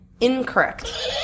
Incorrect